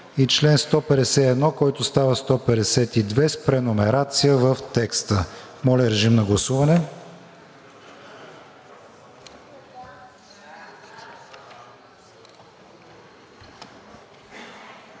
и чл. 151, който става чл. 152, с преномерация в текста. Моля, режим на гласуване.